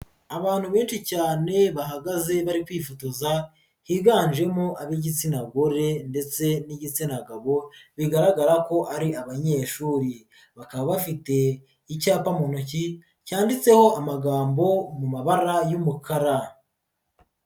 Abantu benshi cyane bahagaze bari kwifotoza, higanjemo ab'igitsina gore ndetse n'igitsina gabo bigaragara ko ari abanyeshuri, bakaba bafite icyapa mu ntoki cyanditseho amagambo mu mabara y'umukara.